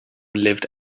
lived